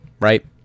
right